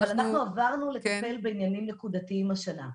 אבל אנחנו עברנו לטפל בעניינים נקודתיים השנה.